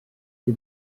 kui